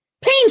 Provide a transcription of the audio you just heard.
Pain